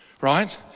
right